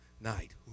night